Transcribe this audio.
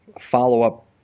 follow-up